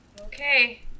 Okay